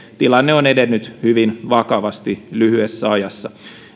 tilanne on edennyt hyvin vakavasti lyhyessä ajassa